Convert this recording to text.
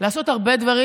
לעשות הרבה דברים.